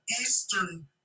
eastern